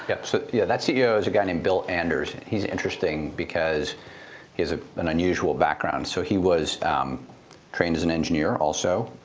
yes. so ah yeah that ceo is a guy named bill anders. he's interesting because he has ah an unusual background. so he was trained as an engineer, also,